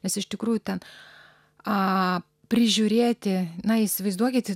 nes iš tikrųjų ten aa prižiūrėti na įsivaizduokit